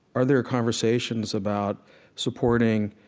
are there conversations about supporting,